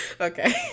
okay